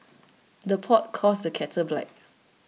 the pot calls the kettle black